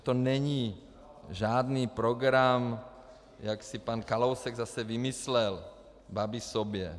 To není žádný program, jak si pan Kalousek zase vymyslel, Babiš sobě.